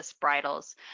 bridles